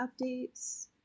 updates